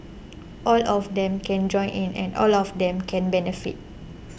all of them can join in and all of them can benefit